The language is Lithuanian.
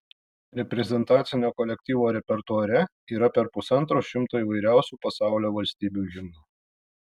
reprezentacinio kolektyvo repertuare yra per pusantro šimto įvairiausių pasaulio valstybių himnų